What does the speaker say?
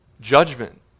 judgment